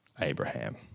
Abraham